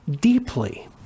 deeply